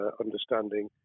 understanding